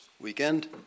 weekend